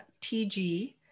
TG